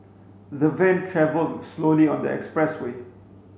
the van travelled slowly on the expressway